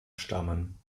stammen